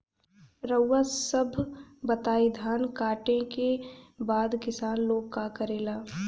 रउआ सभ बताई धान कांटेके बाद किसान लोग का करेला?